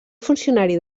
funcionari